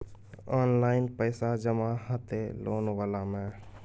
Online पैसा जमा हते लोन वाला में?